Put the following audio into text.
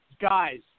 guys